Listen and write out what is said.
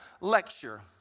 lecture